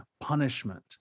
punishment